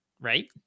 right